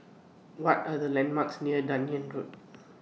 What Are The landmarks near Dunearn Road